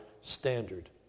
standard